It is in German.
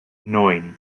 neun